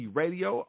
radio